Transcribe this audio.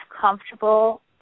comfortable